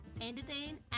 entertain